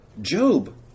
Job